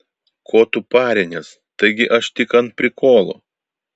ko tu parinies taigi aš tik ant prikolo